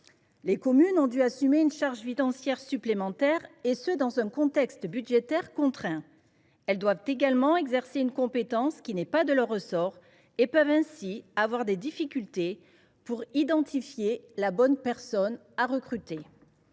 Les communes ont dû assumer une charge financière supplémentaire, et ce dans un contexte budgétaire contraint. Elles doivent également exercer une compétence qui n’est pas de leur ressort et peuvent ainsi avoir des difficultés pour identifier la bonne personne à recruter.